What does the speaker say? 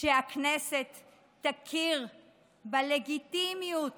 שהכנסת תכיר בלגיטימיות